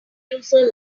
user